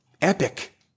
epic